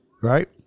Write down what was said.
Right